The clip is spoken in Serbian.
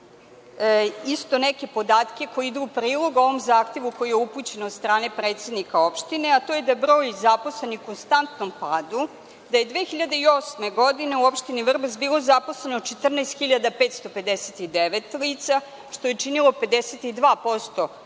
takođe neke podatke koji idu u prilog ovom zahtevu koji je upućen od strane predsednika opštine, a to je da je broj zaposlenih u konstantnom padu, da je 2008. godine u opštini Vrbas bilo zaposleno 14.559 lica, što je činilo 52% radno